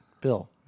Bill